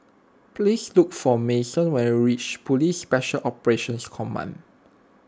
please look for Manson when you reach Police Special Operations Command